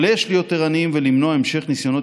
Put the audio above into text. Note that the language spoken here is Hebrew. אבל יש להיות ערניים ולמנוע המשך ניסיונות